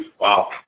Wow